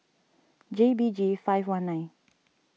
J B G five one nine